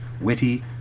witty